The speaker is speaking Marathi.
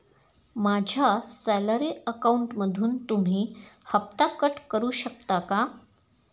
माझ्या सॅलरी अकाउंटमधून तुम्ही हफ्ता कट करू शकता का?